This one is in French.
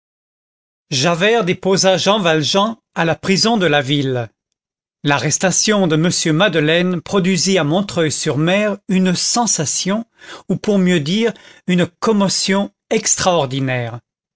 javert déposa jean valjean à la prison de la ville l'arrestation de m madeleine produisit à montreuil sur mer une sensation ou pour mieux dire une commotion extraordinaire